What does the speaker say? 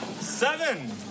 Seven